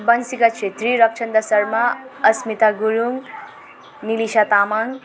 Bansika Kshetri Rakshanda Sharma Asmita Gurung Nilisa Tamang